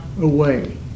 away